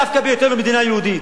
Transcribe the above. דווקא בהיותנו מדינה יהודית,